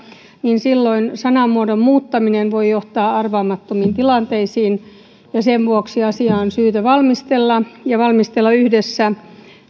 niin silloin sanamuodon muuttaminen voi johtaa arvaamattomiin tilanteisiin ja sen vuoksi asiaa on syytä valmistella ja valmistella yhdessä